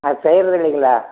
அது செய்யறதில்லைங்களா